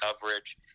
coverage